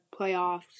playoffs